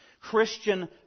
Christian